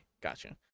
Gotcha